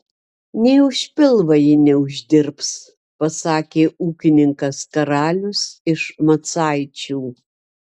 nė už pilvą ji neuždirbs pasakė ūkininkas karalius iš macaičių